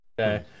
Okay